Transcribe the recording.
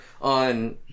on